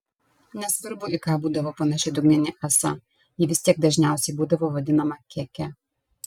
nesvarbu į ką būdavo panaši dugninė ąsa ji vis tiek dažniausiai būdavo vadinama keke